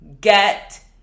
get